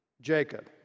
Jacob